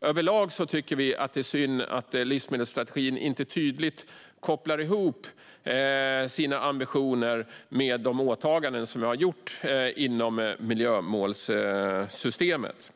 Överlag tycker vi att det är synd att vi i livsmedelsstrategin inte tydligt kopplar ihop våra ambitioner med de åtaganden som vi har gjort inom miljömålssystemet.